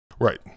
Right